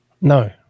No